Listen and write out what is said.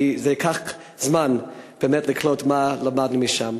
ייקח זמן לקלוט מה למדנו שם.